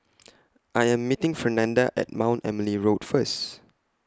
I Am meeting Fernanda At Mount Emily Road First